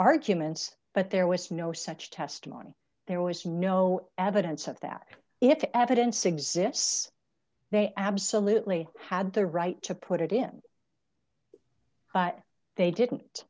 arguments but there was no such testimony there was no evidence of that if the evidence exists they absolutely had the right to put it in they didn't